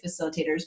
facilitators